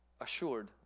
assured